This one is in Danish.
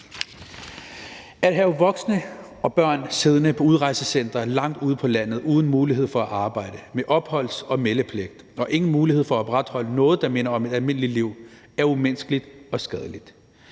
At have voksne og børn siddende på udrejsecentre langt ude på landet, uden mulighed for at arbejde, med opholds- og meldepligt og uden mulighed for at opretholde noget, der minder om et almindeligt liv, er umenneskeligt og skadeligt.